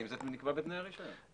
אם זה נקבע בתנאי הרישיון.